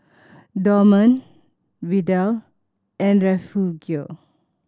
Dorman Vidal and Refugio